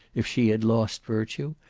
if she had lost virtue,